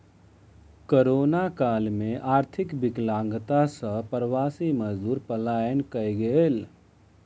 corona काल में आर्थिक विकलांगता सॅ प्रवासी मजदूर पलायन कय गेल